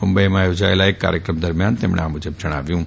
મુંબઈમાં યોજાયેલા એક કાર્યક્રમ દરમિયાન તેમણે આ મુજબ જણાવ્યું હતું